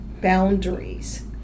boundaries